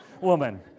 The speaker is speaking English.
woman